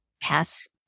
pass